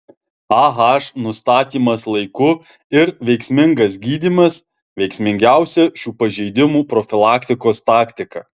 ah nustatymas laiku ir veiksmingas gydymas veiksmingiausia šių pažeidimų profilaktikos taktika